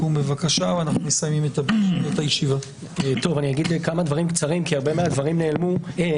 אני אגיד כמה דברים קצרים כי הרבה מהדברים נאמרו.